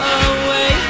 away